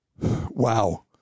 Wow